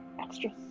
extra